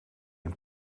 een